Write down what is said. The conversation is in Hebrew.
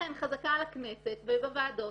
לכן חזקה על הכנסת ובוועדות,